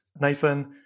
Nathan